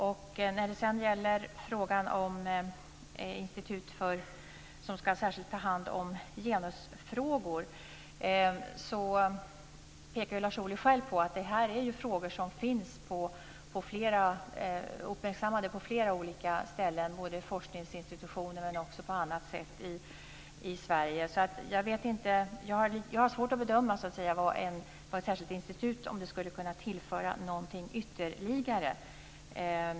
Beträffande ett institut som särskilt ska ta hand om genusfrågor pekar Lars Ohly själv på att detta är frågor som är uppmärksammade på flera olika ställen, både på forskningsinstitutioner och på annat sätt i Sverige. Jag har svårt att bedöma vad ett särskilt institut ytterligare skulle kunna tillföra.